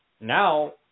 Now